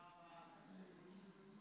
הודעה למזכירת